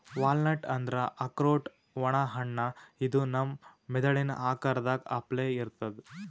walnut ಅಂದ್ರ ಆಕ್ರೋಟ್ ಒಣ ಹಣ್ಣ ಇದು ನಮ್ ಮೆದಳಿನ್ ಆಕಾರದ್ ಅಪ್ಲೆ ಇರ್ತದ್